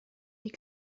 die